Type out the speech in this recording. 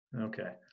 Okay